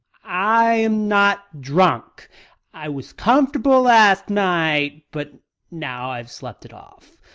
i am not drunk i was comfortable last night, but now i have slept it off.